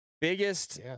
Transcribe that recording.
biggest